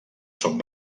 son